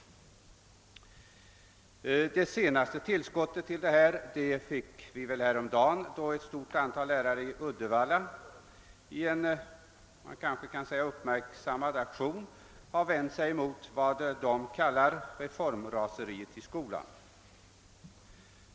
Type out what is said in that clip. Det senaste tillskottet fick vi häromdagen, då ett stort antal lärare i Uddevalla i en uppmärksammad aktion vände sig mot vad de kallar »reformraseriet« i skolan.